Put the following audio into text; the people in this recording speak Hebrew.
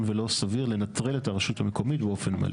ולא סביר לנטרל את הרשות המקומית באופן מלא.